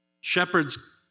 Shepherds